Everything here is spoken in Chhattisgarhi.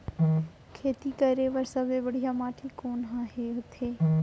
खेती करे बर सबले बढ़िया माटी कोन हा होथे?